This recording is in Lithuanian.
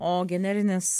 o generinis